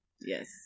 Yes